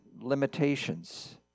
limitations